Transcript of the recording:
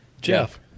Jeff